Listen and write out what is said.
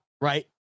right